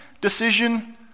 decision